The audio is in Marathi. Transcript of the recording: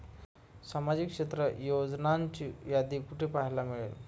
सामाजिक क्षेत्र योजनांची यादी कुठे पाहायला मिळेल?